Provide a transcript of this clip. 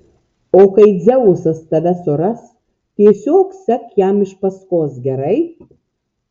o kai dzeusas tave suras tiesiog sek jam iš paskos gerai